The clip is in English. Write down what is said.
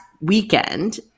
weekend